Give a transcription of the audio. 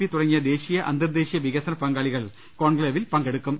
P തുടങ്ങിയ ദേശീയ അന്തർദേശീയ വിക സന പങ്കാളികൾ കോൺക്ലേവിൽ പങ്കെടുക്കും